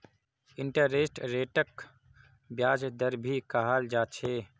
interest रेटक ब्याज दर भी कहाल जा छे